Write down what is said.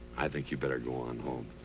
i think you better go on home.